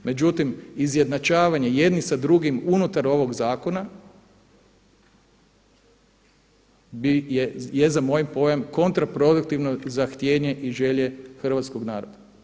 Međutim izjednačavanje jednih sa drugim unutar ovog zakona je za moj pojam kontraproduktivno za htjenje i želje hrvatskoga naroda.